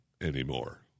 anymore